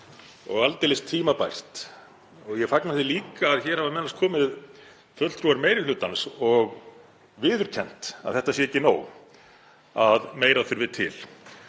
og aldeilis tímabært. Ég fagna því líka að hingað hafa meðal annars komið fulltrúar meiri hlutans og viðurkennt að þetta sé ekki nóg, að meira þurfi til.